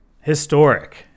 historic